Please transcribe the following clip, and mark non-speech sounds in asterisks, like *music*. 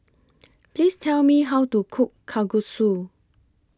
*noise* Please Tell Me How to Cook Kalguksu